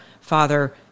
Father